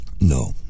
No